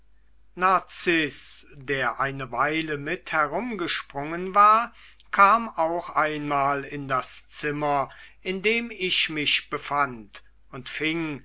narziß der eine weile mit herumgesprungen war kam auch einmal in das zimmer in dem ich mich befand und fing